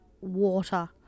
water